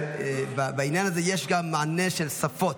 אומר, בעניין הזה יש גם מענה של שפות.